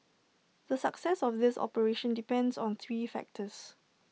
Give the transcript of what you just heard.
the success of this operation depends on three factors